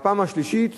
בפעם השלישית